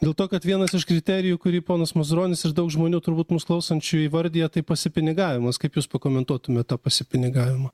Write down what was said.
dėl to kad vienas iš kriterijų kurį ponas mazuronis ir daug žmonių turbūt mūsų klausančiųjų įvardija tai pasipinigavimas kaip jūs pakomentuotumėte tą pasipinigavimą